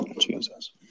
Jesus